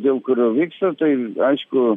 dėl kurio vyksta tai aišku